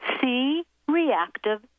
C-reactive